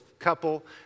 couple